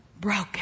broken